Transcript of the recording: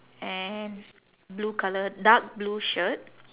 and blue colour dark blue shirt